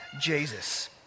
Jesus